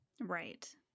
Right